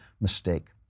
mistake